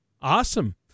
Awesome